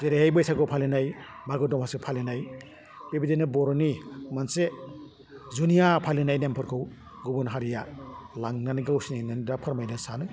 जेरैहाय बैसागु फालिनाय मागो दमासि फालिनाय बेबायदिनो बर'नि मोनसे जुनिया फालिनाय नेमफोरखौ गुबुन हारिया लांनानै गावसोरनि होन्नानै दा फोरमायनो सानो